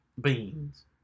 Beans